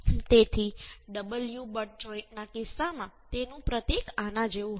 તેથી double U butt જોઈન્ટના કિસ્સામાં તેનું પ્રતીક આના જેવું હશે